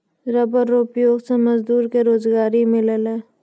rubber रो उपयोग से मजदूर के रोजगारी मिललै